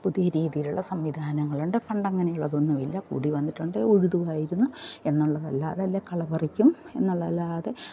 പുതിയ രീതിയിൽ ഉള്ള സംവിധാനങ്ങളൊക്കെയുണ്ട് പണ്ട് അങ്ങനെ ഉള്ളത് ഒന്നും ഇല്ല കൂടി വന്നിട്ടുണ്ടെങ്കിൽ ഉഴുതുവായിരുന്നു എന്ന് ഉള്ളതല്ലാതെ അല്ലേ കള പറിക്കും എന്ന് ഉള്ളതല്ലാതെ